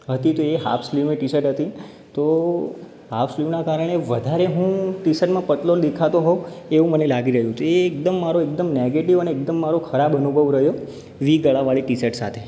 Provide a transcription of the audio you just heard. હતી તો એ હાફ સ્લીવની ટી શર્ટ હતી તો હાફ સ્લીવના કારણે વધારે હું ટી શર્ટમાં પાતળો દેખાતો હોઉં એવું મને લાગી રહ્યું તો એ એકદમ મારો એકદમ નૅગેટીવ અને એકદમ મારો ખરાબ અનુભવ રહ્યો વી ગળાવાળી ટી શર્ટ સાથે